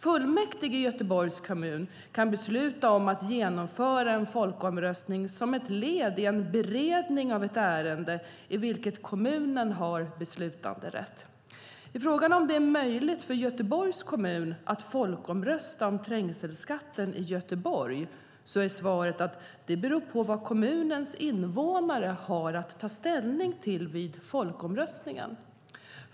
Fullmäktige i Göteborgs kommun kan besluta om att genomföra en folkomröstning som ett led i beredningen av ett ärende i vilket kommunen har beslutanderätt. På frågan om det är möjligt för Göteborgs kommun att folkomrösta om trängselskatten i Göteborg är svaret att det beror på vad kommunens invånare har att ta ställning till vid folkomröstningen.